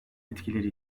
etkileri